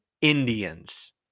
Indians